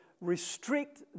restrict